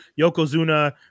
Yokozuna